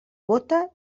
bóta